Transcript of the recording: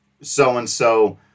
so-and-so